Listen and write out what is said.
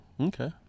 Okay